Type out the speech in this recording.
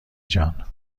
جان